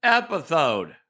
episode